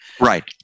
Right